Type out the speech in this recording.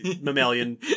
mammalian